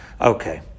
Okay